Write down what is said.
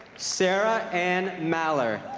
sarah anne maller